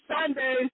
Sunday